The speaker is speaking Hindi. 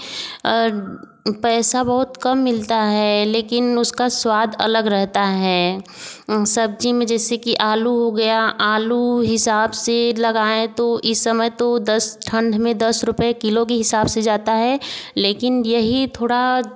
पैसा बहुत कम मिलता है लेकिन उसका स्वाद अलग रहता है सब्ज़ी में जैसे कि आलू हो गया आलू हिसाब से लगाएँ तो इस समय तो दस ठंड में दस रुपए किलो के हिसाब से जाता है लेकिन यही थोड़ा